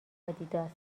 آدیداس